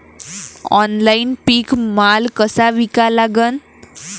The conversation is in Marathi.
ऑनलाईन पीक माल कसा विका लागन?